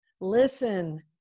listen